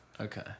Okay